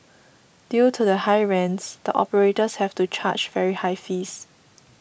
due to the high rents the operators have to charge very high fees